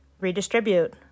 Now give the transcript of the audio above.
redistribute